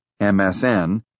MSN